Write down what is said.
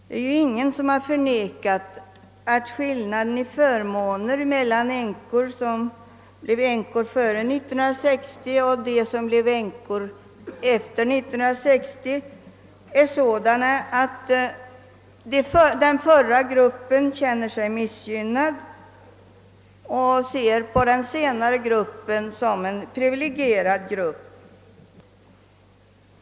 Det är ingen som har förnekat att skillnaden i förmåner mellan dem som blev änkor före den 1 juli 1960 och dem som blivit änkor efter den 1 juli 1960 är sådan, att den förra gruppen känner sig missgynnad och ser på den senare som en privilegierad grupp.